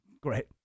Great